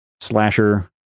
slasher